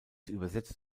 übersetzt